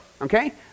Okay